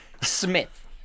Smith